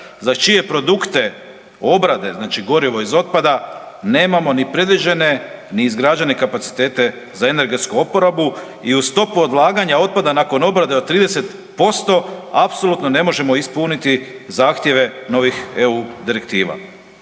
za čije produkte obrade, znači gorivo iz otpada nemamo ni predviđene ni izgrađene kapacitete za energetsku oporabu i u stopu odlaganja otpada nakon obrade od 30%, apsolutno ne možemo ispuniti zahtjeve novih EU direktiva.